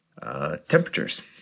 Temperatures